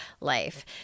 life